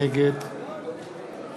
נגד